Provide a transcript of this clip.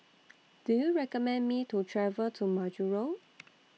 Do YOU recommend Me to travel to Majuro